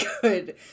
good